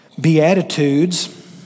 Beatitudes